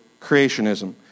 creationism